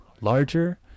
larger